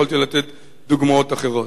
יכולתי לתת דוגמאות אחרות,